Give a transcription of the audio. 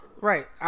Right